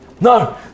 No